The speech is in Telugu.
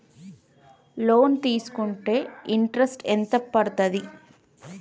లోన్ తీస్కుంటే ఇంట్రెస్ట్ ఎంత పడ్తది?